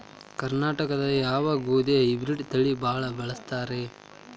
ಕರ್ನಾಟಕದಾಗ ಯಾವ ಗೋಧಿ ಹೈಬ್ರಿಡ್ ತಳಿ ಭಾಳ ಬಳಸ್ತಾರ ರೇ?